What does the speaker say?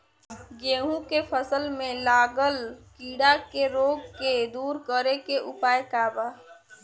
गेहूँ के फसल में लागल कीड़ा के रोग के दूर करे के उपाय का बा?